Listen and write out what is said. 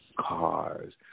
cars